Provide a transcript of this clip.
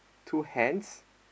two hens